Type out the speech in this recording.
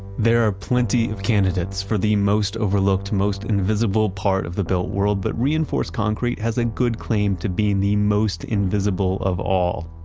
there are plenty of candidates for the most overlooked, most invisible part of the built world but reinforced concrete has a good claim to be the most invisible of all.